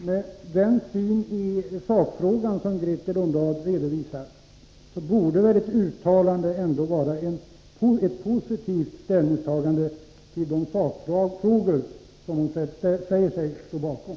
Herr talman! Med den ståndpunkt i sakfrågorna som Grethe Lundblad redovisar borde väl ett uttalande vara ett positivt ställningstagande till de sakfrågor som hon säger sig stå bakom.